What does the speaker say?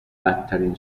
بدترین